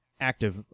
active